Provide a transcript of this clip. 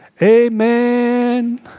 Amen